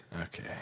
Okay